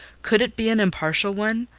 could it be an impartial one?